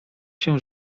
się